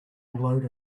unload